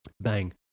Bang